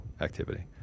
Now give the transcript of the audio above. activity